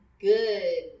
good